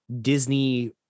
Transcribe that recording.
Disney